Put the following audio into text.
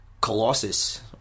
colossus